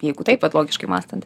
jeigu taip vat logiškai mąstant